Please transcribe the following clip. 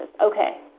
Okay